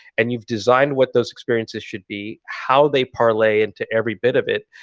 and you've designed what those experiences should be, how they parlay into every bit of it,